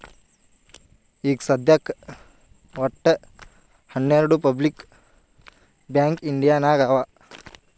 ಈಗ ಸದ್ಯಾಕ್ ವಟ್ಟ ಹನೆರ್ಡು ಪಬ್ಲಿಕ್ ಬ್ಯಾಂಕ್ ಇಂಡಿಯಾ ನಾಗ್ ಅವಾ